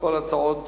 כל ההצעות